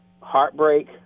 heartbreak